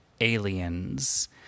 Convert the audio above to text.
aliens